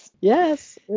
Yes